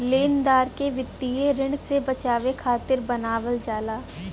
लेनदार के वित्तीय ऋण से बचावे खातिर बनावल जाला